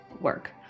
work